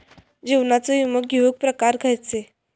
जीवनाचो विमो घेऊक प्रकार खैचे?